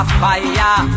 fire